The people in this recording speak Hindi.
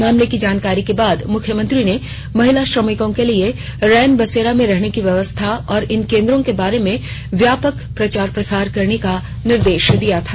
मामले की जानकारी के बाद मुख्यमंत्री ने महिला श्रमिकों के लिए रैन बसेरा में रहने की व्यवस्था और इन केंद्रों के बारे में व्यापक प्रचार प्रसार करने के निर्देश दिए थे